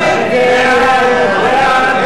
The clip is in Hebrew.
ההסתייגויות הוסרו, רבותי,